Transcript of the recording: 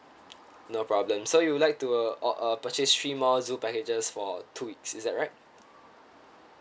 no problem so you'll like to uh or uh purchase three more zoo packages for two weeks is that right